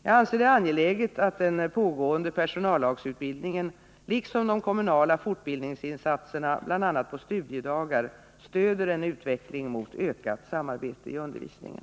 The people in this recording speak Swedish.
Jag anser det angeläget att den pågående personallagsutbildningen liksom de kommunala fortbildningsinsatserna, bl.a. på studiedagar, stöder en utveckling mot ökat samarbete i undervisningen.